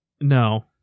No